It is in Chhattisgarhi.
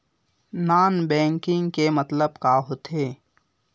नॉन बैंकिंग के मतलब का होथे?